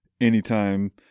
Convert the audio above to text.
anytime